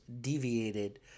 deviated